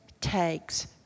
takes